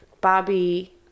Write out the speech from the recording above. bobby